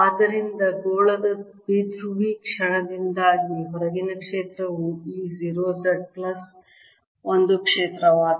ಆದ್ದರಿಂದ ಗೋಳದ ದ್ವಿಧ್ರುವಿ ಕ್ಷಣದಿಂದಾಗಿ ಹೊರಗಿನ ಕ್ಷೇತ್ರವು E 0 z ಪ್ಲಸ್ ಒಂದು ಕ್ಷೇತ್ರವಾಗಲಿದೆ